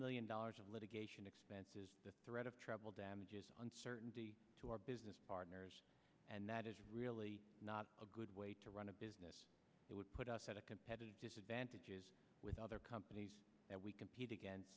million dollars of litigation expenses the threat of travel damages uncertainty to our business partners and that is really not a good way to run a business it would put us at a competitive disadvantage is with other companies that we compete against